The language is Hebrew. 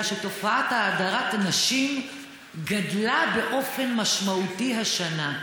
לכך שתופעת הדרת הנשים גדלה באופן משמעותי השנה.